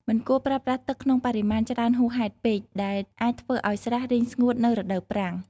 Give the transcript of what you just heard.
មិនគួរប្រើប្រាស់ទឹកក្នុងបរិមាណច្រើនហួសហេតុពេក ដែលអាចធ្វើឲ្យស្រះរីងស្ងួតនៅរដូវប្រាំង។